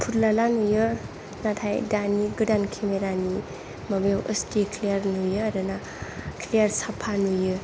फुरलाला नुयो नाथाय दानि गोदान खेमेरा नि माबायाव आस्लि क्लियार नुयो आरोना क्लियार साफा नुयो